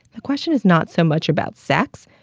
the question is not so much about sex,